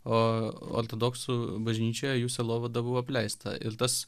o ortodoksų bažnyčioj jų sielovada buvo apleista ir tas